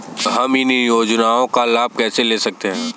हम इन योजनाओं का लाभ कैसे ले सकते हैं?